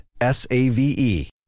S-A-V-E